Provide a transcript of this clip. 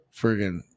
friggin